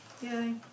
Yay